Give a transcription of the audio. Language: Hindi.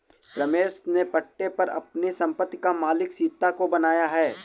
रमेश ने पट्टे पर अपनी संपत्ति का मालिक सीता को बनाया है